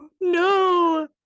no